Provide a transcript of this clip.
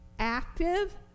Active